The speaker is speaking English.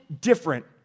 different